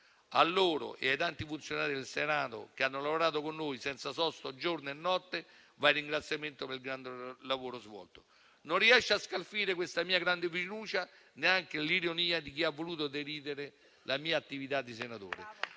A loro e ai tanti funzionari del Senato, che hanno lavorato con noi senza sosta giorno e notte, va il ringraziamento per il grande lavoro svolto. Non riesce a scalfire questa mia grande fiducia neanche l'ironia di chi ha voluto deridere la mia attività di senatore.